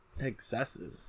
excessive